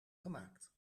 gemaakt